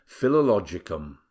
philologicum